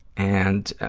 and